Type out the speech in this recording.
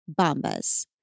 Bombas